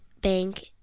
Bank